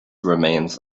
remains